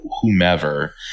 whomever